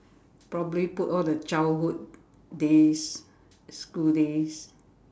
probably put all the childhood days school days